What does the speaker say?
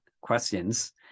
questions